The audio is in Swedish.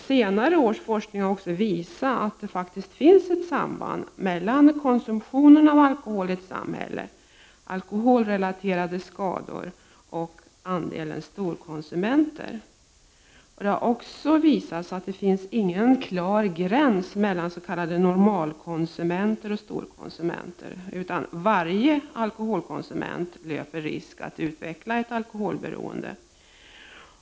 Senare års forskning visar också att det faktiskt finns ett samband mellan konsumtionen av alkohol i ett samhälle, alkoholrelaterade skador och andelen storkonsumenter. Forskningen har också visat att det inte finns någon klar gräns mellan s.k. normalkonsumenter och storkonsumenter. Varje alkoholkonsument löper risk att utveckla ett alkoholberoende.